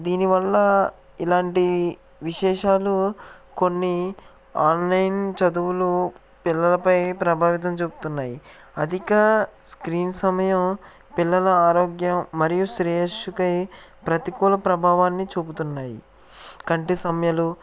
దీనివల్ల ఇలాంటి విశేషాలు కొన్ని ఆన్లైన్ చదువులు పిల్లలపై ప్రభావితం చూపుతున్నాయి అధికా స్క్రీన్ సమయం పిల్లల ఆరోగ్యం మరియు శ్రేయస్సుకై ప్రతికూల ప్రభావాన్ని చూపుతున్నాయి కంటి సమస్యలు